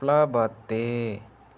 प्लवते